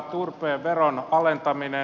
turpeen veron alentaminen